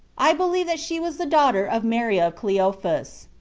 i believe that she was the daughter of mary of cleophas.